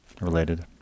Related